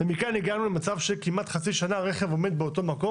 הגענו למצב שכמעט חצי שנה רכב עומד באותו מקום,